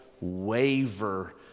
waver